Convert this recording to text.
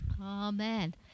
Amen